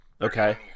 Okay